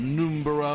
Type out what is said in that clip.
number